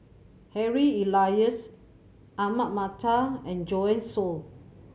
Harry Elias Ahmad Mattar and Joanne Soo